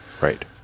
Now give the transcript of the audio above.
Right